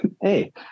Hey